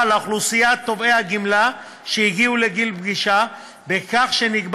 לאוכלוסיית תובעי הגמלה שהגיעו לגיל פרישה בכך שנקבע